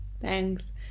Thanks